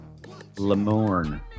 Lamorne